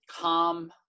calm